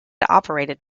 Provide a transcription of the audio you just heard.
operated